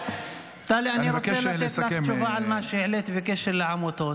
אני רוצה לתת לך תשובה על מה שהעלית בקשר לעמותות.